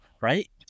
right